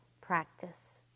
practice